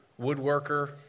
woodworker